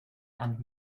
and